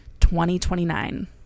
2029